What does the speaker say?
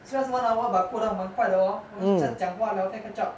虽然是 one hour but 过的还蛮快的 hor 我们就讲话聊天 catch up